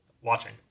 watching